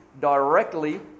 Directly